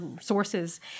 sources